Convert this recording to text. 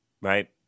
Right